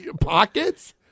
Pockets